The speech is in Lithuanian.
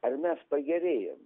ar mes pagerėjom